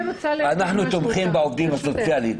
אנחנו תומכים בעובדים הסוציאליים.